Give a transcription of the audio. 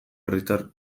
herritar